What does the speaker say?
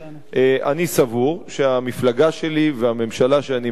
אני סבור שהמפלגה שלי והממשלה שאני מייצג